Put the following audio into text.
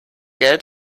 geld